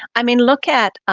i mean, look at